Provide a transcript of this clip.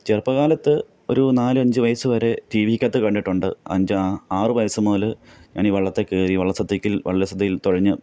ചെറുപ്പകാലത്ത് ഒരു നാല് അഞ്ച് വയസ്സുവരെ റ്റി വി അകത്ത് കണ്ടിട്ടുണ്ട് അഞ്ച് ആറു വയസ്സ് മുതൽ ഞാൻ ഈ വള്ളത്തിൽക്കയറി വള്ള സദ്യക്കിൽ വള്ള സദ്യയിൽ തുഴഞ്ഞ്